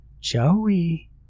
Joey